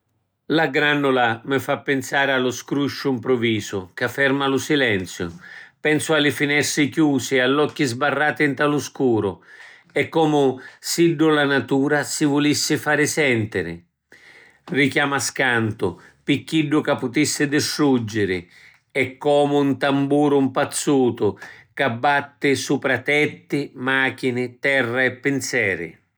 La grannula mi fa pinsari a lu scruscio mpruvisu ca ferma lu silenziu, pensu a li finestri chiusi e all’occhi sbarrati nta lu scuru; è comu siddu la natura si vulissi fari sentiri; richiama scantu pi chiddu ca putissi distruggiri; è comu ‘n tamburu mpazzutu ca batti supra tetti, machini, terra e pinzeri.